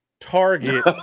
Target